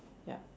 ya